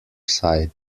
side